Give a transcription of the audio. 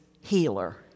healer